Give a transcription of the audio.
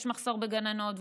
יש מחסור בגננות,